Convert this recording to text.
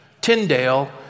Tyndale